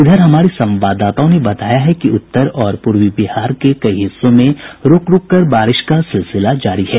इधर हमारे संवाददाताओं ने बताया है कि उत्तर और पूर्वी बिहार के कई हिस्सों में रूक रूक कर बारिश का सिलसिला जारी है